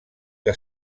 que